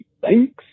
thanks